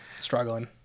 struggling